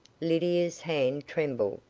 lydia's hand trembled,